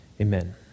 Amen